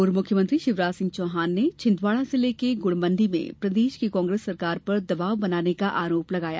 पूर्व मुख्यमंत्री शिवराज सिंह चौहान ने छिंदवाड़ा जिले के गुड़मंडी में प्रदेश की कांग्रेस सरकार पर दबाव बनाने का आरोप लगाया